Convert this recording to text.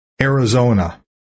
Arizona